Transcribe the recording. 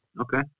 Okay